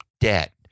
debt